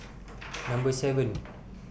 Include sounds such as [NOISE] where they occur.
[NOISE] Number seven